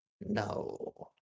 No